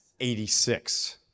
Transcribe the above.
86